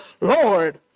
Lord